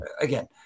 again